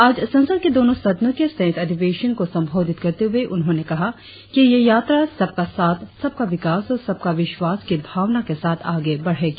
आज संसद के दोनों सदनों के संयुक्त अधिवेशन को संबोधित करते हुए उन्होंने कहा कि यह यात्रा सबका साथ सबका विकास और सबका विश्वास की भावना के साथ आगे बढ़ेगी